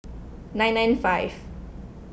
nine nine five